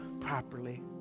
properly